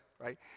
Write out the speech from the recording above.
right